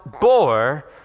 bore